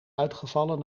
uitgevallen